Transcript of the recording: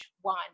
one